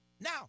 Now